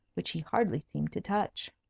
which he hardly seemed to touch!